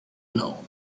know